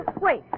Wait